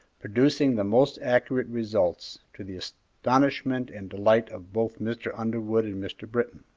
producing the most accurate results, to the astonishment and delight of both mr. underwood and mr. britton.